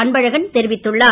அன்பழகன் தெரிவித்துள்ளார்